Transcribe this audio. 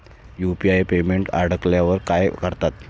UPI payment अडकल्यावर काय करतात?